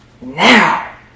now